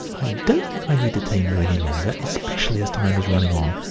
i don't think i need detain you any longer, especially as time is running on.